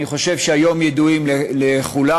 אני חושב שהיום הם ידועים לכולם.